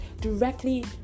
directly